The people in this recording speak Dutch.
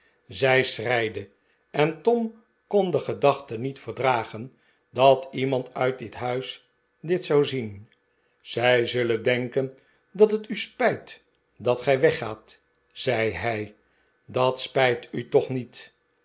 zij schreide en tom kon de gedachte niet verdragen dat iemand uit dit huis dit zou zien zij zullen dehken dat het u spijt dat gij weggaat zei hij dat spijt u toch niet